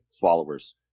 Followers